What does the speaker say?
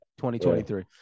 2023